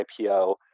IPO